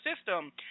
system